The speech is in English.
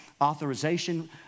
authorization